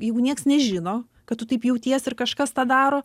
jeigu nieks nežino kad tu taip jauties ir kažkas tą daro